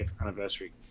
anniversary